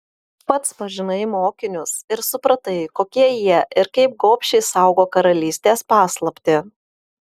pats pažinai mokinius ir supratai kokie jie ir kaip gobšiai saugo karalystės paslaptį